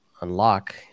unlock